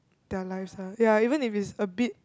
their lives lah ya even if it's a bit